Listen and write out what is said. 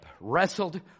wrestled